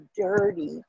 dirty